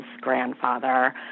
grandfather